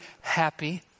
happy